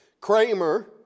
Kramer